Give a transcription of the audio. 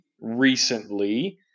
recently